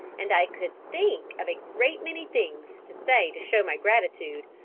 and i could think of a great many things to say to show my gratitude,